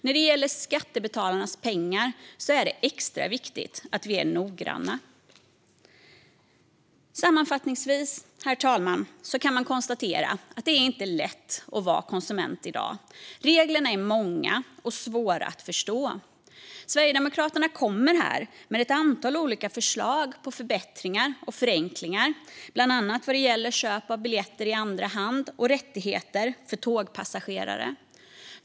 När det gäller skattebetalarnas pengar är det extra viktigt att vi är noggranna. Sammanfattningsvis, herr talman, kan man konstatera att det inte är lätt att vara konsument i dag. Reglerna är många och svåra att förstå. Sverigedemokraterna kommer här med ett antal olika förslag på förbättringar och förenklingar, bland annat vad gäller köp av biljetter i andra hand och rättigheter för tågpassagerare.